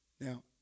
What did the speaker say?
Now